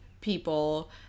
people